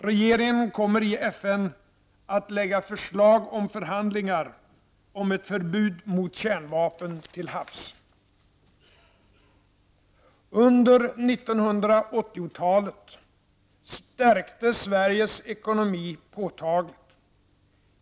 Regeringen kommer i FN att lägga fram förslag om förhandlingar om ett förbud mot kärnvapen till havs. Under 1980-talet stärktes Sveriges ekonomi påtagligt.